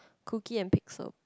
cookie and pixel